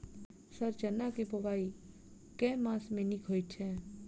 Sir चना केँ बोवाई केँ मास मे नीक होइ छैय?